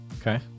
Okay